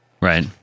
Right